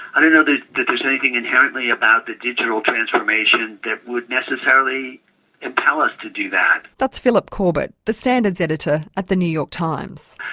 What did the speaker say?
i don't know that there's anything inherently about the digital transformation that would necessarily impel us to do that. that's phillip corbett, the standards editor at the new york times.